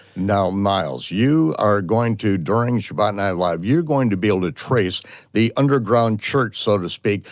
now miles, you are going to, during shabbat night live, you are going to be able to trace the underground church, so to speak,